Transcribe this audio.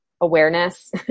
awareness